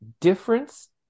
difference